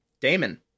Damon